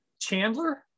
Chandler